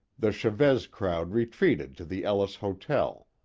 the chavez crowd retreated to the ellis hotel.